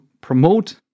promote